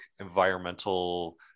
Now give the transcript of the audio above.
environmental